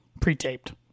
pre-taped